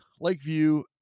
Lakeview